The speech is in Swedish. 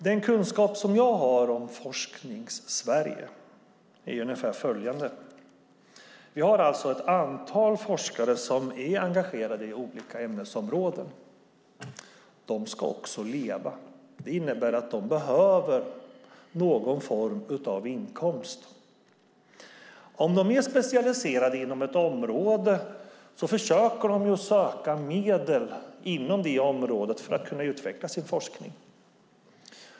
Den kunskap jag har om Forskningssverige är följande: Vi har ett antal forskare som är engagerade inom olika ämnesområden. De ska leva, vilket innebär att de behöver någon form av inkomst. Är de specialiserade inom ett område försöker de söka medel inom detta område för att kunna utveckla sin forskning.